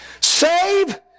save